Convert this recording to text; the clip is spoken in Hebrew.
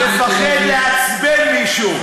מפחד לעצבן מישהו.